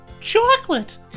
chocolate